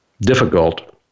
difficult